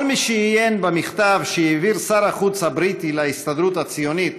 כל מי שעיין במכתב שהעביר שר החוץ הבריטי להסתדרות הציונית